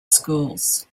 schools